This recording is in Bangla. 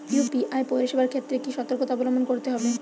ইউ.পি.আই পরিসেবার ক্ষেত্রে কি সতর্কতা অবলম্বন করতে হবে?